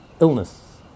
illness